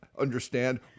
understand